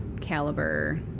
caliber